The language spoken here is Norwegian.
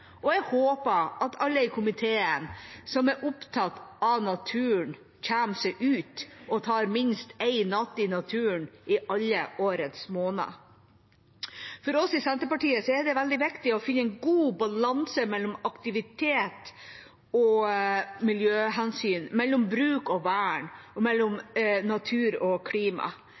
Jeg håper at alle i komiteen som er opptatt av naturen, kommer seg ut og tar minst én natt i naturen i alle årets måneder. For oss i Senterpartiet er det veldig viktig å finne en god balanse mellom aktivitet og miljøhensyn, mellom bruk og vern og mellom natur og klima.